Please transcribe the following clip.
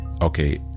okay